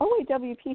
OAWP